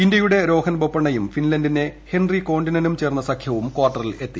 ഇന്ത്യയുടെ രോഹൻ ബ്ലൊപ്പണ്ണയും ഫിൻലൻഡിന്റെ ഹെൻറി കോണ്ടിനനും ചേർന്ന സഖ്യവും ക്യൂർട്ടറിൽ എത്തി